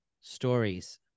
stories